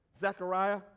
Zechariah